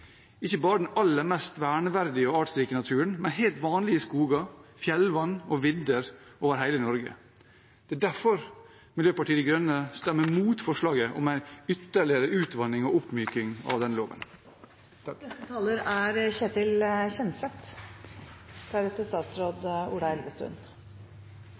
ikke bare den aller mest verneverdige og artsrike naturen, men helt vanlige skoger, fjellvann og vidder over hele Norge. Det er derfor Miljøpartiet De Grønne stemmer imot forslaget om en ytterligere utvanning og oppmyking av denne loven. Den prinsipielle siden i denne saken er